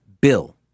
Bill